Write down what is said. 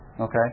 Okay